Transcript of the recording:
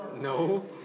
No